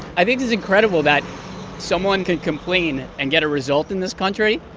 i think it's incredible that someone can complain and get a result in this country.